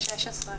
16,